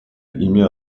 ими